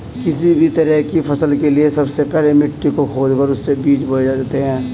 किसी भी तरह की फसल के लिए सबसे पहले मिट्टी को खोदकर उसमें बीज बोए जाते हैं